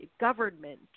government